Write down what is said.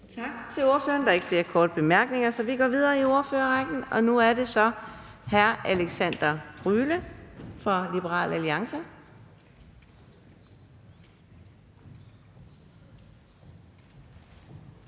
Tak til ordføreren. Der er ikke flere korte bemærkninger, så vi går videre i ordførerrækken til hr. Henrik Frandsen fra Moderaterne.